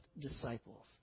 disciples